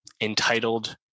entitled